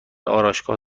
آرایشگاه